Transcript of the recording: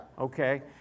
Okay